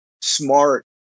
smart